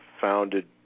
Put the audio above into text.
founded